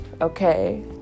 okay